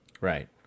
Right